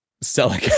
selling